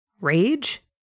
Rage